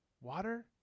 water